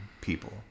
people